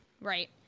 Right